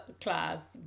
class